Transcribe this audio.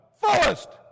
fullest